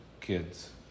kids